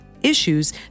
issues